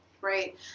right